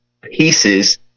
pieces